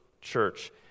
church